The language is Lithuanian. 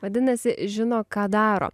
vadinasi žino ką daro